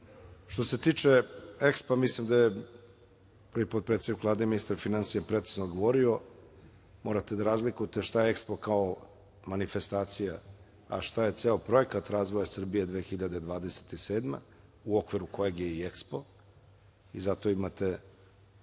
se tiče EKSPA, mislim da je potpredsednik Vlade, ministar finansija, precizno govorio. Morate da razlikujete šta je EKSPO kao manifestacija, a šta je ceo projekat „Razvoj Srbije 2027“ u okviru kojeg je i EKSPO i zato imate